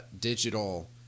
digital